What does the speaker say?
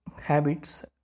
habits